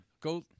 Go